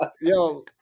Yo